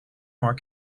more